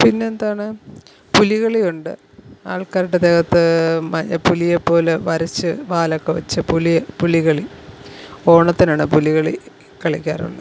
പിന്നെന്താണ് പുലി കളിയുണ്ട് ആൾക്കാരുടെ ദേഹത്ത് പുലിയെ പോലെ വരച്ച് വാലൊക്കെ വെച്ച് പുലി പുലി കളി ഓണത്തിനാണ് പുലി കളി കളിക്കാറുള്ളത്